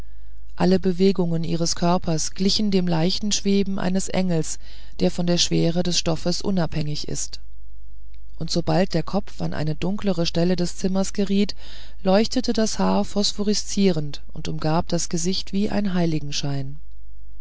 alle bewegungen ihres körpers glichen dem leichten schweben eines engels der von der schwere des stoffes unabhängig ist und sobald der kopf an eine dunklere stelle des zimmers geriet leuchtete das haar phosphoreszierend und umgab das gesicht wie ein heiligenschein